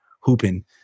hooping